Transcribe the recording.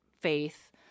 faith